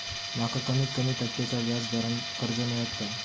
माका कमीत कमी टक्क्याच्या व्याज दरान कर्ज मेलात काय?